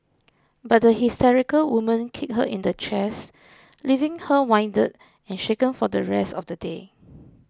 but the hysterical woman kicked her in the chest leaving her winded and shaken for the rest of the day